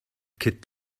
kid